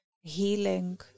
healing